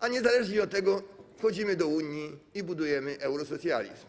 a niezależnie od tego wchodzimy do Unii i budujemy eurosocjalizm.